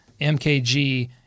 MKG